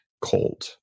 cold